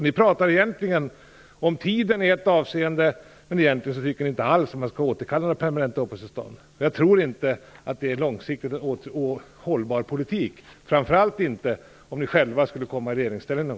Ni talar om tiden i ett avseende, men egentligen tycker ni inte alls att man skall återkalla några permanenta uppehållstillstånd. Jag tror inte att det långsiktigt är en hållbar politik, framför allt inte om ni själva skulle komma i regeringsställning.